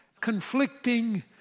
conflicting